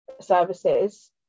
services